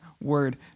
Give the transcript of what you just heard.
word